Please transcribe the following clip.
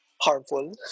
Harmful